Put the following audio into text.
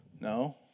no